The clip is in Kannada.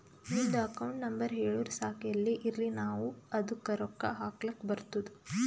ನಿಮ್ದು ಅಕೌಂಟ್ ನಂಬರ್ ಹೇಳುರು ಸಾಕ್ ಎಲ್ಲೇ ಇರ್ಲಿ ನಾವೂ ಅದ್ದುಕ ರೊಕ್ಕಾ ಹಾಕ್ಲಕ್ ಬರ್ತುದ್